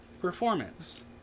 performance